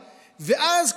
ואז,